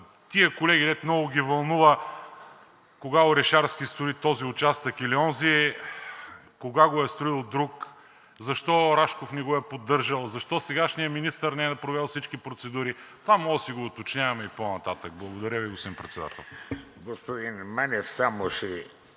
тези колеги, които много ги вълнува кога Орешарски строи този участък или онзи, кога го е строил друг, защо Рашков не го е поддържал, защо сегашният министър не е провел всички процедури, това може да си го уточняваме и по-нататък. Благодаря Ви, господин Председател.